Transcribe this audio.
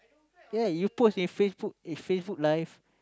ya you post in Facebook in Facebook Live